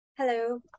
Hello